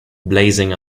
blazing